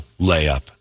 layup